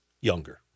younger